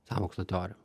sąmokslo teorijom